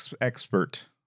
expert